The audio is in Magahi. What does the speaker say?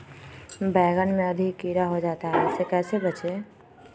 बैंगन में अधिक कीड़ा हो जाता हैं इससे कैसे बचे?